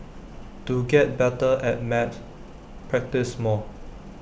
to get better at maths practise more